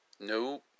Nope